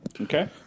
Okay